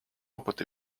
опыт